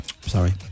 sorry